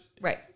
right